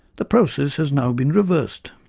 the process has now been reversed.